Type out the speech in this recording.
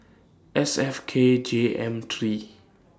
S F K J M three